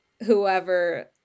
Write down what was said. whoever